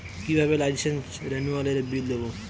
কিভাবে লাইসেন্স রেনুয়ালের বিল দেবো?